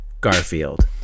Garfield